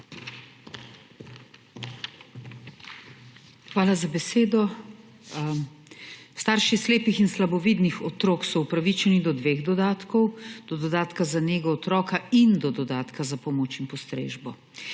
Hvala za besedo. Starši slepih in slabovidnih otrok so upravičeni do dveh dodatkov, do dodatka za nego otroka in do dodatka za pomoč in postrežbo.